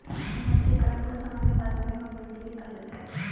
विमुद्रीकरण को सामान्य भाषा में नोटबन्दी भी कहा जाता है